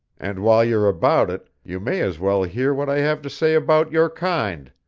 and while you're about it you may as well hear what i have to say about your kind.